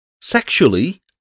Sexually